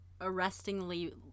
arrestingly